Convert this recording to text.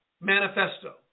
Manifesto